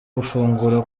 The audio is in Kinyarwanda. gufungura